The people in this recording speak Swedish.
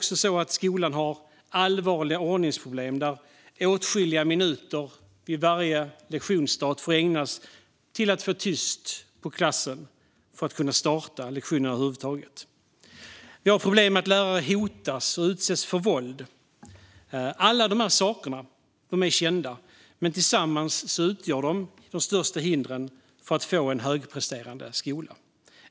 Skolan har också allvarliga ordningsproblem, där åtskilliga minuter vid varje lektionsstart får ägnas åt att få tyst på klassen, så att lektionen över huvud taget kan starta. Vi har problem med att lärare hotas och utsätts för våld. Alla dessa saker är kända, men tillsammans utgör de de största hindren för att få en högpresterande skola.